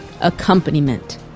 Accompaniment